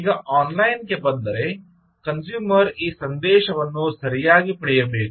ಈಗ ಆನ್ಲೈನ್ಗೆ ಬಂದರೆ ಕನ್ಸೂಮರ್ ಈ ಸಂದೇಶವನ್ನು ಸರಿಯಾಗಿ ಪಡೆಯಬೇಕು